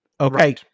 okay